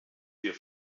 wir